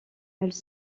elles